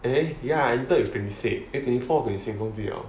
eh ya entered with twenty six eh twenty four or twenty six 忘记了